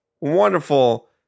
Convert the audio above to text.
wonderful